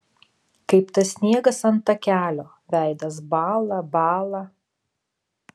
kaip tas sniegas ant takelio veidas bąla bąla